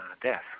death